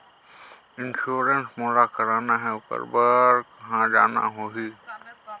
Insurance मोला कराना हे ओकर बार कहा जाना होही?